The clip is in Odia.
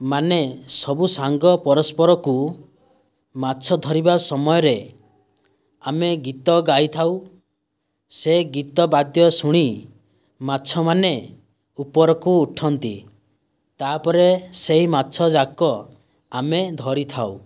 ମାନେ ସବୁସାଙ୍ଗ ପରସ୍ପରକୁ ମାଛ ଧରିବା ସମୟରେ ଆମେ ଗୀତ ଗାଈ ଥାଉ ସେ ଗୀତ ବାଦ୍ୟ ଶୁଣି ମାଛ ମାନେ ଉପରକୁ ଉଠନ୍ତି ତା'ପରେ ସେହି ମାଛ ଯାକ ଆମେ ଧରିଥାଉ